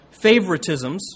favoritisms